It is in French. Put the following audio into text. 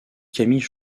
camille